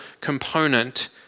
component